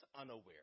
unaware